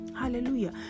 hallelujah